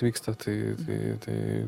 vyksta tai